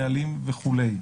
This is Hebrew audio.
נהלים וכולי.